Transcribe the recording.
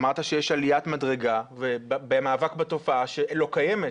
אמרת שיש עליית מדרגה במאבק בתופעה שלא קיימת,